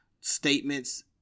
statements